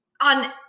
on